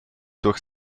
durch